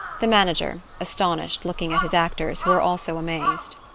the manager astonished, looking at his actors, who are also amazed.